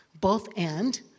both-and